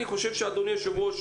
אדוני היושב ראש.